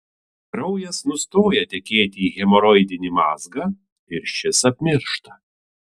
kraujas nustoja tekėti į hemoroidinį mazgą ir šis apmiršta